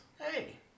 Hey